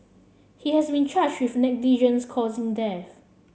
he has been charged with negligence causing death